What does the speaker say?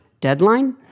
deadline